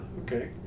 okay